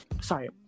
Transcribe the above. sorry